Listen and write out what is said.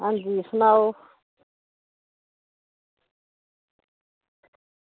अंजी सनाओ